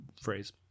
phrase